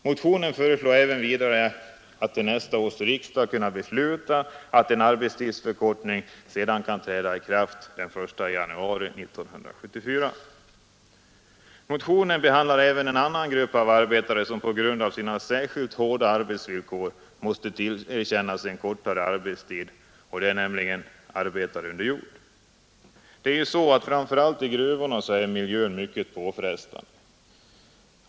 Motionen föreslår vidare att nästa års riksdag skall kunna fatta beslut om att en arbetstidsförkortning sedan skall träda i kraft den 1 januari 1974. Motionen behandlar även en annan grupp av arbetare, som på grund av sina särskilt hårda arbetsvillkor måste tillerkännas en kortare arbetstid, nämligen arbetare under jord. Framför allt i gruvorna är miljön mycket påfrestande.